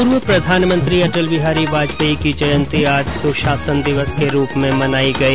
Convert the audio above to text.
पूर्व प्रधानमंत्री अटल बिहारी वाजपेयी की जयंती आज सुशासन दिवस के रूप में मनाई गई